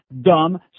dumb